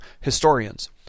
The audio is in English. historians